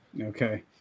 Okay